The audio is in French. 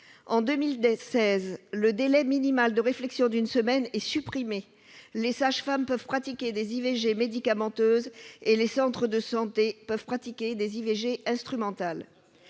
En 2016, le délai minimal de réflexion d'une semaine a été supprimé, les sages-femmes pouvant désormais pratiquer des IVG médicamenteuses et les centres de santé des IVG instrumentales.